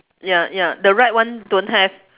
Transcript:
ya ya the right one don't have